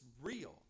real